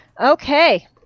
Okay